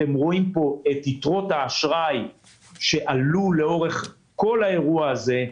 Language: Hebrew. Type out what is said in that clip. אתם רואים פה את יתרות האשראי שעלו לאורך כל האירוע הזה.